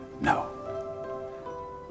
no